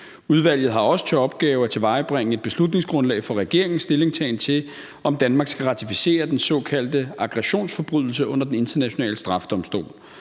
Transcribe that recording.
Udvalget har også til opgave at tilvejebringe et beslutningsgrundlag for regeringens stillingtagen til, om Danmark skal ratificere den såkaldte aggressionsforbrydelse under Den Internationale Straffedomstol.